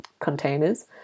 containers